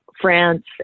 France